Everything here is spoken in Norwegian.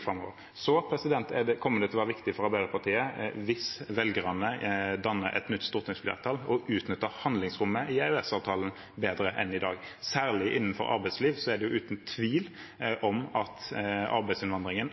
framover. Så kommer det til å være viktig for Arbeiderpartiet, hvis velgerne danner et nytt stortingsflertall, å utnytte handlingsrommet i EØS-avtalen bedre enn i dag. Særlig innenfor arbeidslivet har uten tvil arbeidsinnvandringen